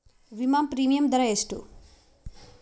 ವಿಮಾ ಪ್ರೀಮಿಯಮ್ ದರಾ ಎಷ್ಟು?